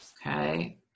Okay